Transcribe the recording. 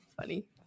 funny